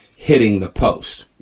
hitting the post,